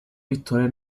vittorie